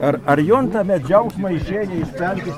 ar ar juntame džiaugsmą įžengę į pelkes